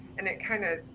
and it kinda,